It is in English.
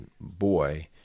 boy